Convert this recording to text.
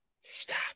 stop